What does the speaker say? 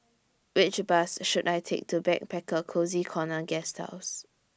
Which Bus should I Take to Backpacker Cozy Corner Guesthouse